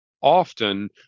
often